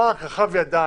פארק רחב ידיים.